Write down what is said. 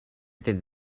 did